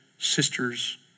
Sisters